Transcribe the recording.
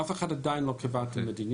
אף אחד עדיין לא קבע את המדיניות.